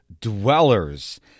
Dwellers